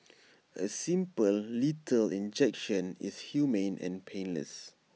A simple lethal injection is humane and painless